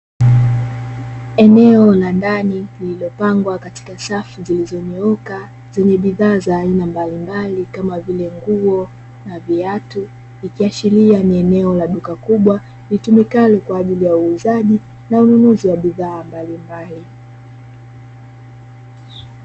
Eneo la ndani lililopangwa katika safu zilizonyooka zenye bidhaa za aina mbalimbali kama vile; nguo na viatu. Ikiashiria kuwa ni eneo la duka kubwa litumikalo kwa ajili ya uuzaji na ununuzi wa bidhaa mbalimbali.